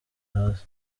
hasi